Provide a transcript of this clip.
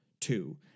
two